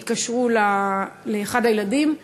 הם התקשרו לאחד הילדים,